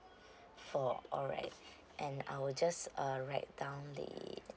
four alright and I will just err write down the